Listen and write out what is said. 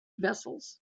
vessels